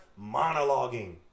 monologuing